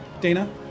Dana